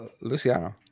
Luciano